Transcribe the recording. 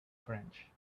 french